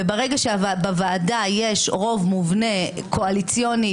ברגע שבוועדה יש רוב מובנה קואליציוני